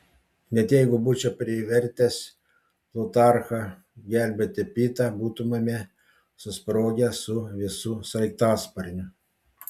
net jeigu būčiau privertęs plutarchą gelbėti pitą būtumėme susprogę su visu sraigtasparniu